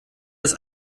das